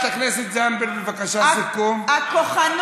תוריד